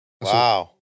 Wow